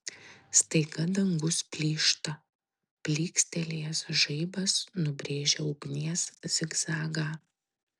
staiga dangus plyšta plykstelėjęs žaibas nubrėžia ugnies zigzagą